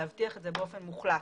להבטיח את זה באופן מוחלט.